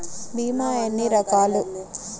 భీమ ఎన్ని రకాలు?